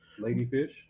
ladyfish